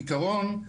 בעיקרון,